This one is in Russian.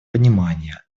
понимание